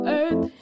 earth